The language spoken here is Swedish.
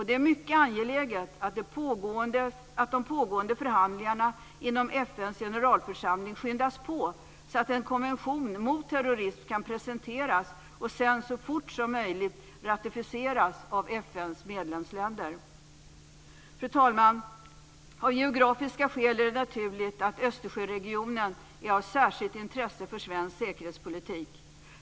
Det är mycket angeläget att de pågående förhandlingarna inom FN:s generalförsamling skyndas på så att en konvention mot terrorism kan presenteras och sedan så fort som möjligt ratificeras av FN:s medlemsländer. Fru talman! Av geografiska skäl är det naturligt att Östersjöregionen är av särskilt intresse för svensk säkerhetspolitik.